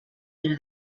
era